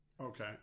Okay